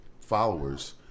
followers